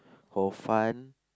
hor-fun